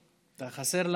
לא יכול להיות